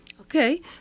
Okay